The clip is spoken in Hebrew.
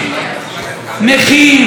נכים,